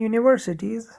universities